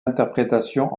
interprétation